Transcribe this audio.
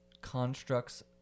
constructs